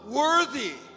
worthy